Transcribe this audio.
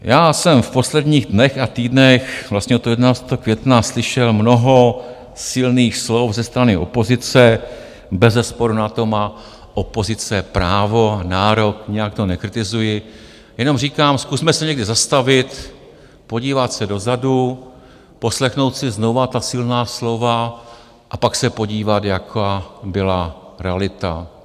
Já jsem v posledních dnech a týdnech, vlastně od 11. května slyšel mnoho silných slov ze strany opozice, bezesporu na to má opozice právo, nárok, nijak to nekritizuji, jenom říkám, zkusme se někdy zastavit a podívat se dozadu, poslechnout si znovu ta silná slova, a pak se podívat, jaká byla realita.